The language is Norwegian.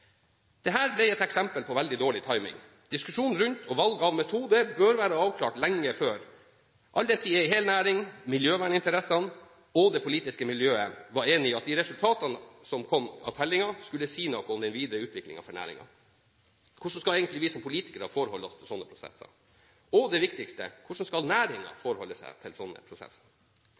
ble et eksempel på veldig dårlig timing. Diskusjon rundt og valg av metode bør være avklart lenge før, all den tid en hel næring, miljøverninteressene og det politiske miljøet var enig i at de resultatene som kom av tellingen, skulle si noe om den videre utviklingen for næringen. Hvordan skal egentlig vi som politikere forholde oss til slike prosesser? Og det viktigste: Hvordan skal næringen forholde seg til slike prosesser?